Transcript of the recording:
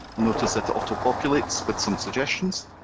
notice it auto-populates with some suggestions,